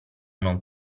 non